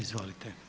Izvolite.